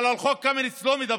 אבל על חוק קמיניץ לא מדברים.